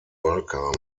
balkan